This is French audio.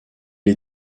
est